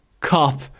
Cop